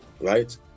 right